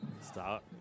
Stop